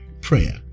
prayer